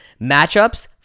matchups